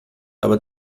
aber